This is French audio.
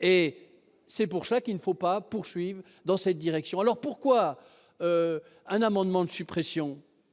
C'est pour cela qu'il ne faut pas poursuivre dans cette direction. Pourquoi ces amendements de suppression ?